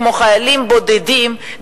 כמו חיילים בודדים,